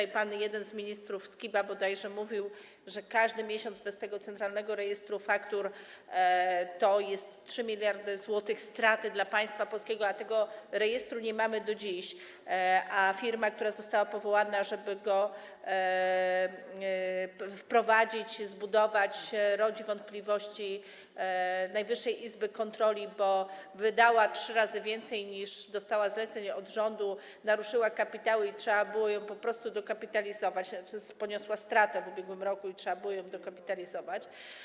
Jeden z ministrów, bodajże pan Skiba, mówił tutaj, że każdy miesiąc bez tego centralnego rejestru faktur to 3 mld zł straty dla państwa polskiego, a tego rejestru nie mamy do dziś, zaś działania firmy, która została powołana, żeby go wprowadzić, zbudować, rodzą wątpliwości Najwyższej Izby Kontroli, bo wydała trzy razy więcej, niż dostała zleceń od rządu, naruszyła kapitał i trzeba było ją po prostu dokapitalizować czy poniosła w ubiegłym roku stratę i trzeba było ją dokapitalizować.